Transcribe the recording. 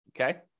okay